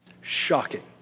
Shocking